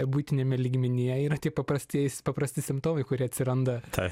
buitiniame lygmenyje yra tie paprastieji paprasti simptomai kurie atsiranda